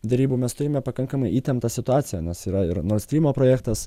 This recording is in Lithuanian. derybų mes turime pakankamai įtemptą situaciją nes yra ir nordstrymo projektas